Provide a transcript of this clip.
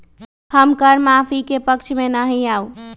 हम कर माफी के पक्ष में ना ही याउ